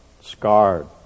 scarred